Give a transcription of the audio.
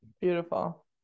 Beautiful